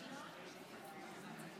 ההצעה תעבור